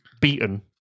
beaten